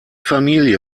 familie